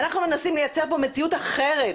ואנחנו מנסים לייצר פה מציאות אחרת,